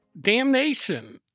damnation